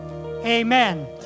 amen